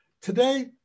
Today